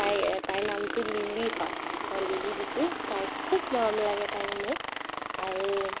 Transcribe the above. তাই তাইৰ নামটো লিলি হয় মই লিলি দিছোঁ তাইক খুব মৰম লাগে তাইক মোৰ আৰু